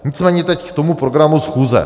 Nicméně teď k tomu programu schůze.